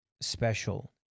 special